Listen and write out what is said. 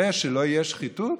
שלא תהיה שחיתות,